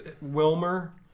Wilmer